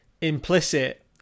implicit